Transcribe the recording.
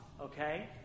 okay